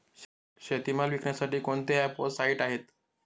शेतीमाल विकण्यासाठी कोणते ॲप व साईट आहेत?